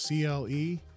CLE